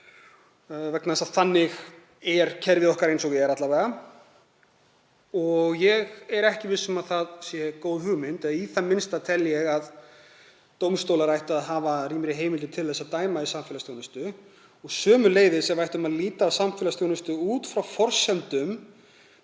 vegna þess að þannig er kerfið okkar, eins og er alla vega. Ég er ekki viss um að það sé góð hugmynd eða í það minnsta tel ég að dómstólar ættu að hafa rýmri heimildir til að dæma til samfélagsþjónustu og sömuleiðis að við ættum að líta á samfélagsþjónustu út frá forsendum